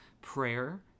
Prayer